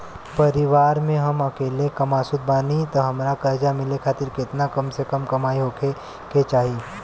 परिवार में हम अकेले कमासुत बानी त हमरा कर्जा मिले खातिर केतना कम से कम कमाई होए के चाही?